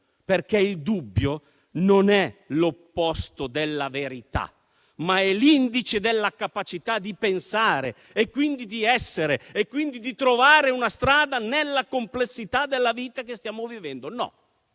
dubbio. Il dubbio non è l'opposto della verità, ma è l'indice della capacità di pensare, e quindi di essere, di trovare una strada nella complessità della vita che stiamo vivendo. No,